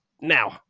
now